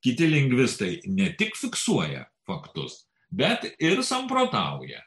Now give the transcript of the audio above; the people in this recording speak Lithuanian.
kiti lingvistai ne tik fiksuoja faktus bet ir samprotauja